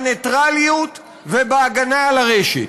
בנייטרליות ובהגנה על הרשת.